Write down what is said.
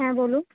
হ্যাঁ বলুন